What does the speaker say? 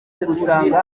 ugusanga